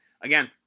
again